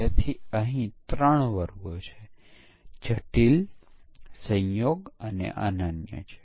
તેથી ત્યાં ઘણા પરીક્ષણ છે અને તેમને દરેક બગ ફિલ્ટર છે